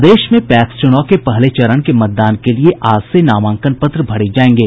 प्रदेश PACS चुनाव के पहले चरण के मतदान के लिए आज से नामांकन पत्र भरे जायेंगे